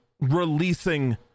releasing